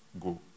go